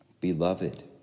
Beloved